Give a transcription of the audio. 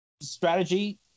strategy